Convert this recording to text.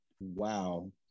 wow